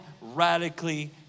radically